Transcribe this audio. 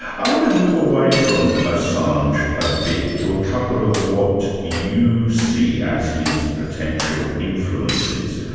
i want to move away from assange a bit, to a couple of what you see as his potential influences.